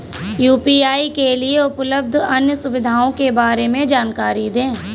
UPI के लिए उपलब्ध अन्य सुविधाओं के बारे में जानकारी दें?